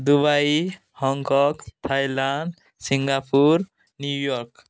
Dubai Hong Kong Thailand Singapore New York